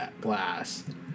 glass